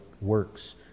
works